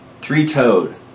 three-toed